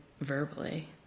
verbally